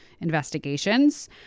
investigations